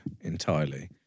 entirely